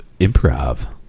improv